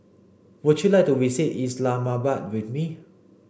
would you like to visit Islamabad with me